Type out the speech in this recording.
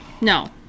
No